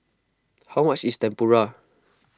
how much is Tempura